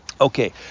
Okay